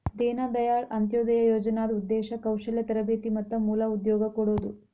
ದೇನ ದಾಯಾಳ್ ಅಂತ್ಯೊದಯ ಯೋಜನಾದ್ ಉದ್ದೇಶ ಕೌಶಲ್ಯ ತರಬೇತಿ ಮತ್ತ ಮೂಲ ಉದ್ಯೋಗ ಕೊಡೋದು